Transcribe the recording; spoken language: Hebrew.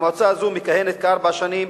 המועצה הזו מכהנת כארבע שנים.